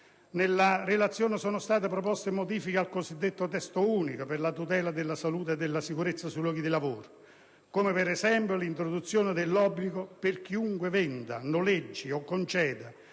nella relazione sono state proposte modifiche al cosiddetto Testo unico per la tutela della salute e della sicurezza sui luoghi di lavoro, come per esempio l'introduzione dell'obbligo per chiunque venda, noleggi o conceda